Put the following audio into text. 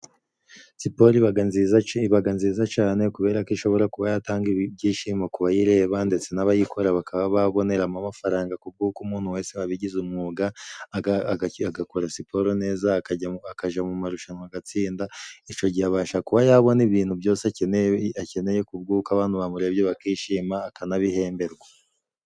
Siporo ibaga nziza ca ibaga nziza cane kubera ko ishobora kuba yatanga ibibyishimo ku bayireba ndetse n'abayikora bakaba baboneramo amafaranga kuko kumuntu wese wabigize umwuga aga agakora siporo neza akajya akaja mu marushanwa agatsinda icyo gihe abasha kuba yabona ibintu byose akeneye akeneye kubwuko abantu bamurebye bakishima akanabihemberwa.